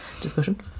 discussion